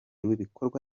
w’ibikorwa